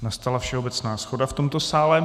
Nastala všeobecná shoda v tomto sále.